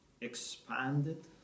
expanded